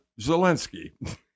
Zelensky